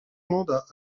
mandat